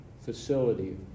facility